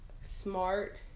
smart